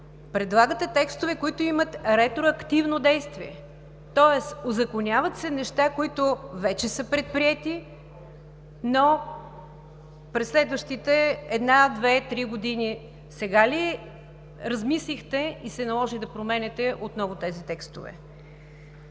предлагате текстове, които имат ретроактивно действие, тоест узаконяват се неща, които вече са предприети, но през следващите 1, 2, 3 години. Сега ли размислихте и се наложи да променяте отново тези текстове?